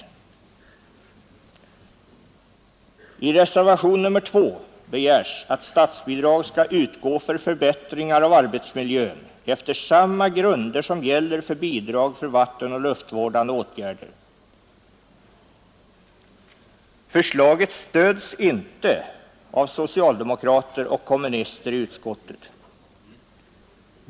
I reservationen 2 begärs att statsbidrag skall utgå till förbättringar av arbetsmiljön efter samma grunder som gäller för bidrag till vattenoch luftvårdande åtgärder. Förslaget stöds inte av socialdemokrater och kommunister i utskottet.